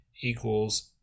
equals